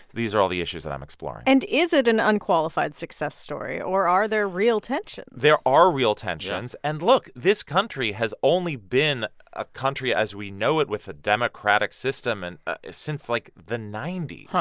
these are all the issues that i'm exploring and is it an unqualified success story? or are there real tensions? there are real tensions yeah and look, this country has only been a country as we know it with a democratic system and since, like, the ninety um